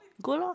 good lor